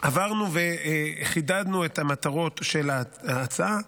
עברנו וחידדנו את המטרות של ההצעה.